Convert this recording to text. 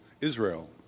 Israel